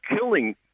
killing